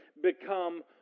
become